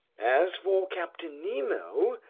as for captain nemo,